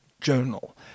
journal